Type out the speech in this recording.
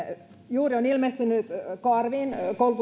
juuri on ilmestynyt karvin koulutuksen